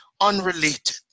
unrelated